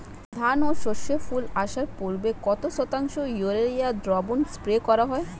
ধান ও সর্ষে ফুল আসার পূর্বে কত শতাংশ ইউরিয়া দ্রবণ স্প্রে করা হয়?